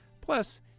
Plus